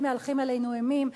תמיד מהלכים עלינו אימים,